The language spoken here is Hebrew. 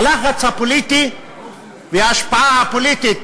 הלחץ הפוליטי וההשפעה הפוליטית